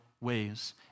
ways